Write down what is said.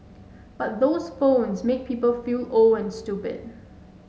but those phones make people feel old and stupid